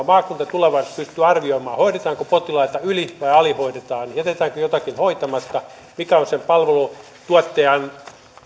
maakunta pystyy tulevaisuudessa ainoastaan arvioimaan hoidetaanko potilaita yli vai alihoidetaanko jätetäänkö jotakin hoitamatta mikä on sen palveluntuottajan